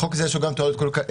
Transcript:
לחוק הזה יש גם תועלות כלכליות.